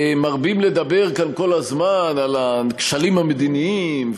מרבים לדבר כאן כל הזמן על הכשלים המדיניים,